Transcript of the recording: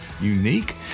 unique